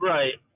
Right